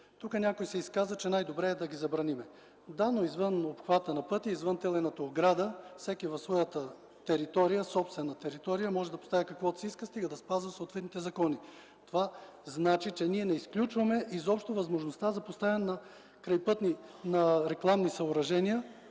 Тук някой се изказа, че най-добре е да ги забраним. Да, но извън обхвата на пътя, извън телената ограда, всеки в своята собствена територия може да поставя каквото си иска, стига да спазва съответните закони. Това значи, че ние не изключваме изобщо възможността за поставяне на рекламни съоръжения,